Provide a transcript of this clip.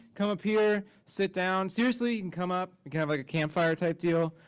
come up here, sit down. seriously, you can come up. we can have like a campfire type deal.